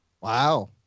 Wow